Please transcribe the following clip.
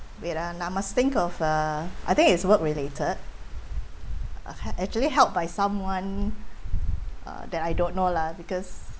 wait ah I must think of uh I think it's work related I was actually helped by someone uh that I don't know lah because